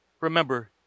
remember